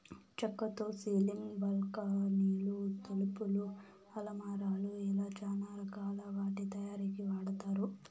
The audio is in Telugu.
చక్కతో సీలింగ్, బాల్కానీలు, తలుపులు, అలమారాలు ఇలా చానా రకాల వాటి తయారీకి వాడతారు